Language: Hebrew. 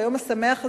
ביום השמח הזה,